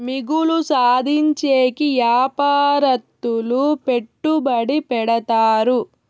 మిగులు సాధించేకి యాపారత్తులు పెట్టుబడి పెడతారు